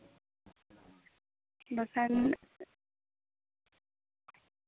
ᱫᱚᱥᱟᱨ ᱦᱤᱞᱟᱹᱜ